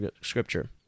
scripture